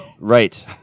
Right